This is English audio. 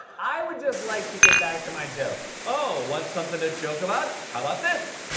i would just like to get back to my jokes. oh, want something to joke about? how about this?